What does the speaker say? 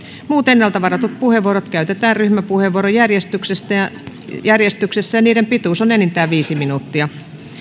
muut ennalta varatut puheenvuorot käytetään ryhmäpuheenvuorojärjestyksessä ja niiden pituus on enintään viisi minuuttia